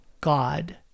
God